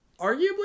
arguably